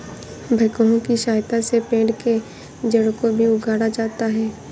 backhoe की सहायता से पेड़ के जड़ को भी उखाड़ा जाता है